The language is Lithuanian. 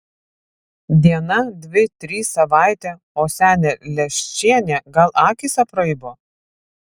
diena dvi trys savaitė o senė leščienė gal akys apraibo